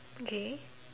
okay